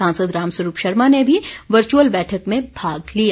सांसद रामस्वरूप शर्मा ने भी वचुर्अल बैठक में भाग लिया